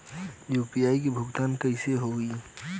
UPI से भुगतान कइसे होहीं?